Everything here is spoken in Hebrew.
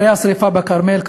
אחרי השרפה בכרמל,